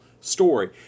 story